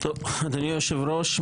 אדוני היושב-ראש,